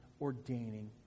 ordaining